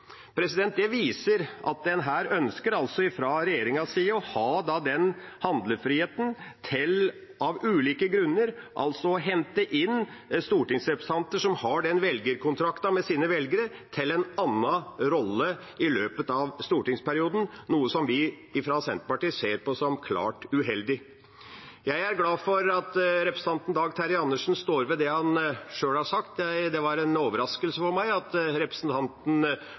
Det viser at en fra regjeringas side ønsker å ha handlefrihet til av ulike grunner å hente inn stortingsrepresentanter som har den velgerkontrakten med sine velgere, til en annen rolle i løpet av stortingsperioden, noe som vi fra Senterpartiets side ser på som klart uheldig. Jeg er glad for at representanten Dag Terje Andersen står ved det han sjøl har sagt. Det var en overraskelse for meg at representanten